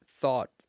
thought